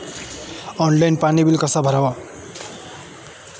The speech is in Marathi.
ऑनलाइन पाणी बिल कसे भरावे?